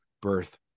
birth